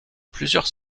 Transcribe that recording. plusieurs